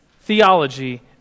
theology